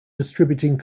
distributing